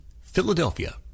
Philadelphia